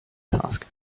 task